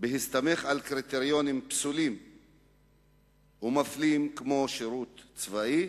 בהסתמך על קריטריונים פסולים ומפלים כמו שירות צבאי,